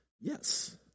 Yes